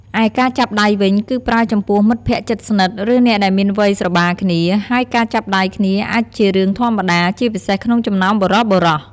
ឯការចាប់ដៃវិញ គឺប្រើចំពោះមិត្តភក្តិជិតស្និទ្ធ ឬអ្នកដែលមានវ័យស្របាលគ្នា ហើយការចាប់ដៃគ្នាអាចជារឿងធម្មតា ជាពិសេសក្នុងចំណោមបុរសៗ។